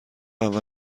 اول